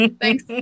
thanks